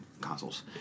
consoles